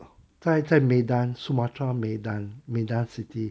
在在 medan sumatra medan medan city